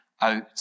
out